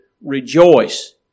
rejoice